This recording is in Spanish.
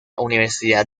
universidad